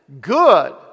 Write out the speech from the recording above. good